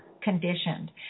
conditioned